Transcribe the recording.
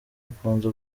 akunze